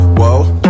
whoa